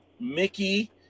Mickey